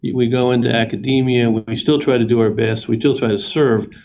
we go into academia, where we still try to do our best, we still try to serve,